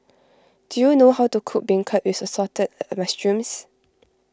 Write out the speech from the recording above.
do you know how to cook Beancurd with Assorted a Mushrooms